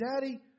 Daddy